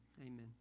amen